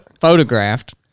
photographed